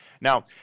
Now